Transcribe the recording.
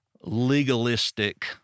legalistic